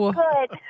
good